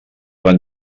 van